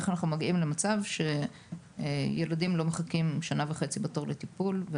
איך אנחנו מגיעים למצב שילדים לא מחכים שנה וחצי בתור לטיפול.